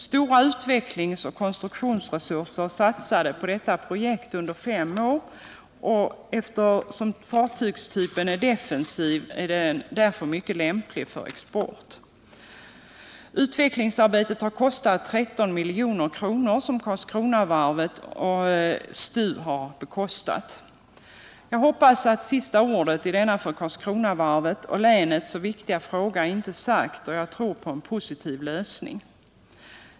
Stora utvecklingsoch konstruktionsresurser har satsats på detta projekt under fem år, och eftersom fartygstypen är defensiv är den mycket lämplig för export. Utvecklingsarbetet har kostat 13 milj.kr., som Karlskronavarvet och STU betalat. Jag hoppas att sista ordet i denna för Karlskronavarvet och länet så viktiga fråga inte är sagt, och jag tror på en positiv lösning.